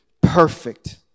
perfect